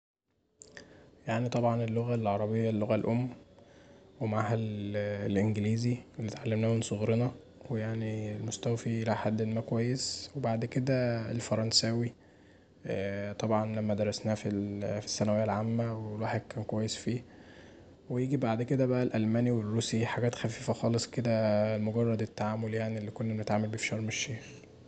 يعني طبعا اللغه العربيه اللغه الأم، ومعاها الانجليزي اللي اتعلمناه من صغرنا ويعني مستوفي الي حد ما كويس وبعد كدا الفرنساوي طبعا لما درسناه في الثانويه العامه والواحد كان كويس فيه، يجي بعد كدا الألماني والروسي دي حاجات خفيفه خالص كدا مجرد التعامل يعني اللي كنا بنتعامل بيه في شرم الشيخ.